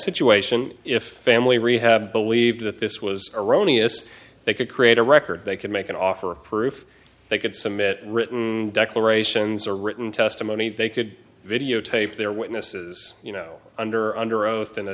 situation if family rehab believed that this was erroneous they could create a record they could make an offer of proof they could submit written declarations or written testimony they could videotape their witnesses you know under under oath in a